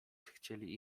chcieli